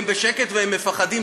הם בשקט והם מפחדים,